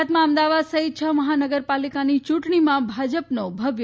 ગુજરાતમાં અમદાવાદ સહિત છ મહાનગરપાલિકાની યૂંટણીમાં ભાજપનો ભવ્ય